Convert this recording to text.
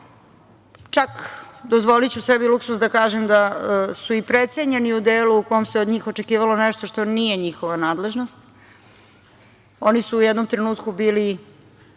tema. Dozvoliću sebi luksuz da kažem da su i precenjeni u delu u kom se od njih očekivalo nešto što nije njihova nadležnost. Oni su u jednom trenutku bili